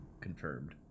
confirmed